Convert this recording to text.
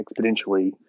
exponentially